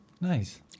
Nice